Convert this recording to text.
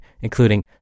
including